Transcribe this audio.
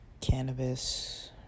cannabis